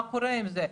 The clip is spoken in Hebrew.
השאלה, מה קורה עם זה?